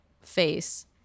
face